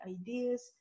ideas